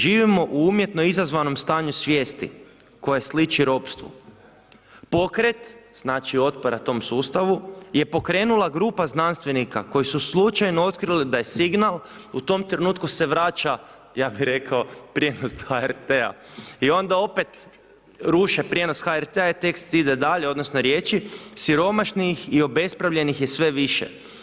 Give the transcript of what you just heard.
Živimo u umjetno izazvanom stanju svijesti, koje sliči ropstvu.“ Pokret, znači, otpora tom sustavu, je pokrenula grupa znanstvenika koji su slučajno otkrili da je signal, u tom trenutku se vraća, ja bi rekao prijenos s HRT-a i onda opet ruše prijenos HRT-a i tekst ide dalje, odnosno riječi: „Siromašnih i obespravljenih je sve više.